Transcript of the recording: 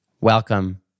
Welcome